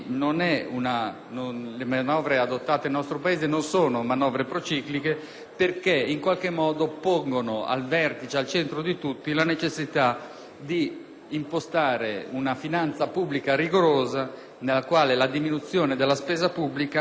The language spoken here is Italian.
Quelle adottate nel nostro Paese non sono manovre procicliche perché in qualche modo pongono al vertice, al centro di tutto la necessità di impostare una finanza pubblica rigorosa nella quale la diminuzione della spesa pubblica consenta,